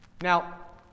Now